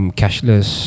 cashless